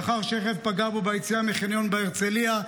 לאחר שרכב פגע בו ביציאה מחניון בהרצליה,